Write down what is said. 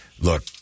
Look